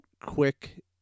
quick